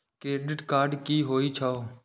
Credit card की होई छै?